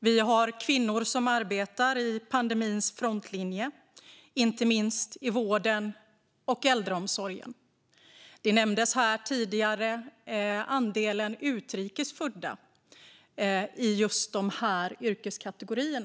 Vi har kvinnor som arbetar i pandemins frontlinje, inte minst i vården och äldreomsorgen. Tidigare nämndes här andelen utrikes födda i just dessa yrkeskategorier.